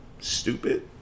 stupid